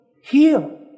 heal